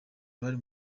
uruhare